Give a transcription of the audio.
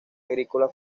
agrícola